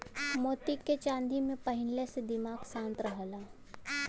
मोती के चांदी में पहिनले से दिमाग शांत रहला